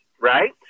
Right